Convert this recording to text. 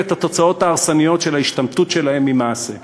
את התוצאות ההרסניות של ההשתמטות שלהם ממעשה.